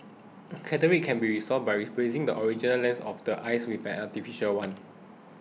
cataracts can be resolved by replacing the original lens of the eye with an artificial one